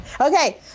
Okay